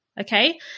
okay